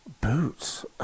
Boots